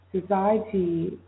society